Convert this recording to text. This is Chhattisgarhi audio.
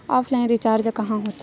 ऑफलाइन रिचार्ज कहां होथे?